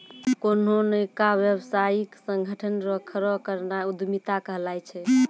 कोन्हो नयका व्यवसायिक संगठन रो खड़ो करनाय उद्यमिता कहलाय छै